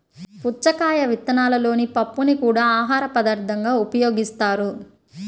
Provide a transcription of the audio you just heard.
పుచ్చకాయ విత్తనాలలోని పప్పుని కూడా ఆహారపదార్థంగా ఉపయోగిస్తారు